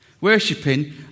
worshipping